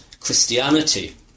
Christianity